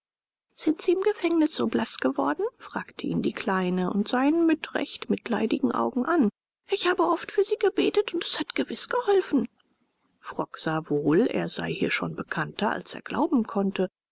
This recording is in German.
sind sie im gefängnis so blaß geworden fragte ihn die kleine und sah ihn mit recht mitleidigen augen an ich habe oft für sie gebetet und es hat gewiß geholfen frock sah wohl er sei hier schon bekannter als er glauben konnte